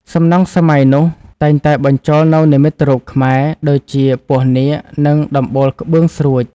សំណង់សម័យនោះតែងតែបញ្ជូលនូវនិមិត្តរូបខ្មែរ ដូចជាពស់នាគ និងដំបូលក្បឿងស្រួច។